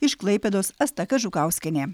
iš klaipėdos asta kažukauskienė